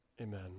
Amen